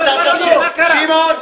שמעון,